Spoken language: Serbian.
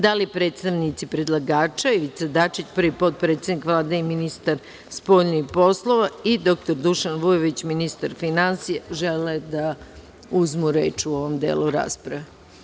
Da li predstavnici predlagača Ivica Dačić, prvi potpredsednik Vlade i ministar spoljnih poslova, i dr Dušan Vujović, ministar finansija žele da uzmu reč u ovom delu rasprave?